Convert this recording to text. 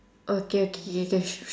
okay okay K K